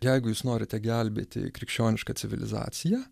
jeigu jūs norite gelbėti krikščionišką civilizaciją